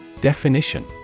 Definition